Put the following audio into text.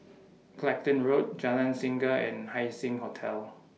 Clacton Road Jalan Singa and Haising Hotel